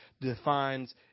defines